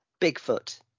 Bigfoot